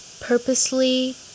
purposely